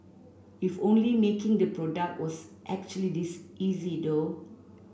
if only making the product was actually this easy though